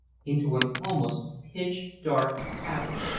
into an almost pitch-dark cavern.